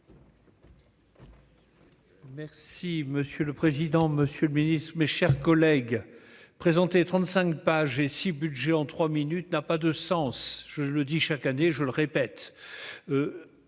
Merci monsieur le président, Monsieur le Ministre, mes chers collègues, présenté 35 pages et 6 budget en 3 minutes, n'a pas de sens, je le dis, chaque année, je le répète,